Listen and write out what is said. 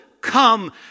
come